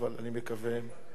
אני מוותר.